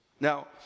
Now